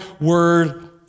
word